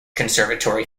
conservatory